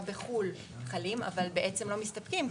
בחו"ל חלים; אבל בעצם לא מסתפקים בכך,